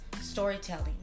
storytelling